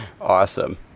Awesome